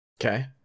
Okay